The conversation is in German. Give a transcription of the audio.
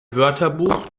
wörterbuch